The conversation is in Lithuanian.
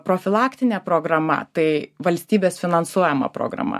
profilaktinė programa tai valstybės finansuojama programa